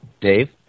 Dave